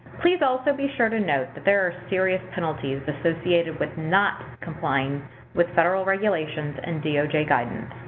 please also be sure to note that there are serious penalties associated with not complying with federal regulations and doj guidance.